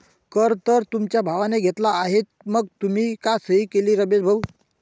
कर तर तुमच्या भावाने घेतला आहे मग तुम्ही का सही केली रमेश भाऊ?